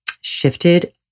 shifted